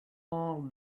all